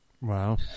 Wow